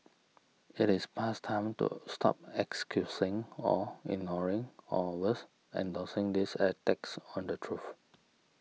it is past time to stop excusing or ignoring or worse endorsing these attacks on the truth